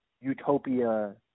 utopia